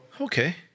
Okay